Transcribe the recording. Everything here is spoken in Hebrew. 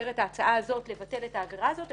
ובמסגרת ההצעה הזאת לבטל את העבירה הזאת,